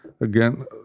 again